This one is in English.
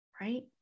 Right